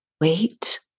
Wait